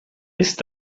ist